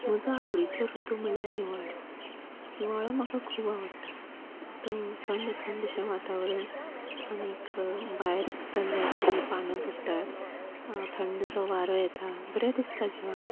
म्हजो आवडीचो रुतू म्हणल्यार हिवाळो हिवाळो म्हाका खूब आवडटा तो थंड थंड शें वातावरण आनीक भायर सल्ल्यार बरी पानां पडटा थंड सो वारो येता बरें दिसता जिवाक